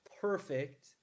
perfect